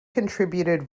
contributed